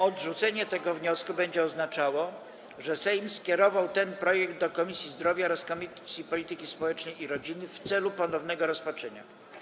Odrzucenie tego wniosku będzie oznaczało, że Sejm skierował ten projekt do Komisji Zdrowia oraz Komisji Polityki Społecznej i Rodziny w celu ponownego rozpatrzenia.